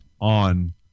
on